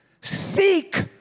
seek